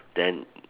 then